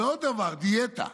ועוד דבר, דיאטה,